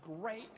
great